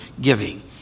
giving